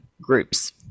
groups